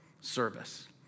service